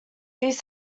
these